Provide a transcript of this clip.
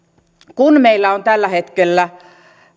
kun meillä on tällä hetkellä